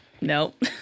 Nope